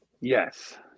yes